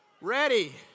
Ready